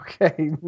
Okay